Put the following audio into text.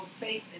faith